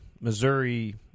Missouri